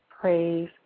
Praise